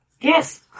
Yes